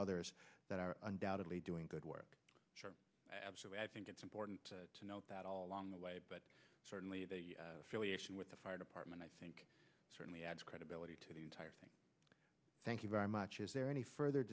others that are undoubtedly doing good work absolutely i think it's important to note that all along the way but certainly the affiliation with the fire department i think certainly adds credibility to the entire thing thank you very much is there any further